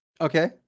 Okay